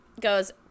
goes